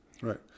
Right